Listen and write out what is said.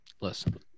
Listen